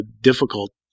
difficult